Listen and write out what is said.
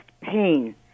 pain